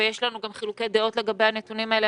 ויש לנו גם חילוקי דעות לגבי הנתונים האלה,